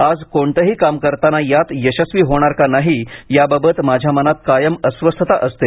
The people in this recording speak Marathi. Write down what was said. आजही कोणताही काम करताना यात यशस्वी होणार का नाही याबाबत माझ्या मनात कायम अस्वस्थता असते